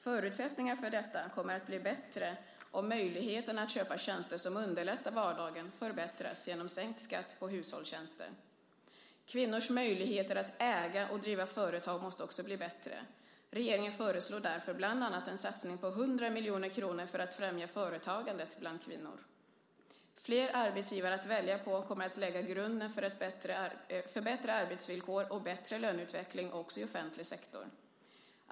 Förutsättningarna för detta kommer att bli bättre om möjligheterna att köpa tjänster som underlättar vardagen förbättras genom sänkt skatt på hushållstjänster. Kvinnors möjligheter att äga och driva företag måste också bli bättre. Regeringen föreslår därför bland annat en satsning på 100 miljoner kronor för att främja företagandet bland kvinnor. Flera arbetsgivare att välja på kommer att lägga grunden för bättre arbetsvillkor och bättre löneutveckling också i offentlig sektor.